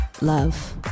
love